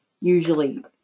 usually